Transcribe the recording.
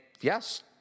yes